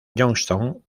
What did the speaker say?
johnston